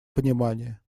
понимание